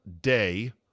Day